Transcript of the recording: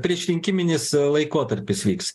priešrinkiminis laikotarpis vyks